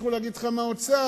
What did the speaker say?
ימשיכו להגיד לך מהאוצר